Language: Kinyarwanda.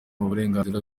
burenganzira